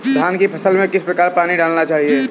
धान की फसल में किस प्रकार से पानी डालना चाहिए?